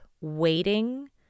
waiting